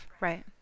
Right